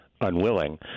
unwilling